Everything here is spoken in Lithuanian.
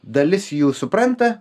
dalis jų supranta